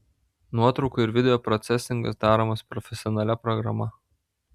nuotraukų ir video procesingas daromas profesionalia programa